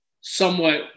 somewhat